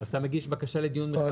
אתה מגיש בקשה לדיון מחדש?